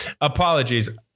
apologies